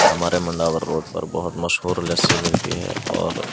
ہمارے منڈاور روڈ پر بہت مشہور لسی ملتی ہے اور